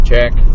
Check